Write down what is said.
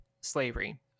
slavery